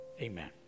amen